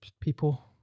people